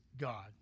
God